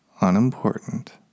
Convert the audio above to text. unimportant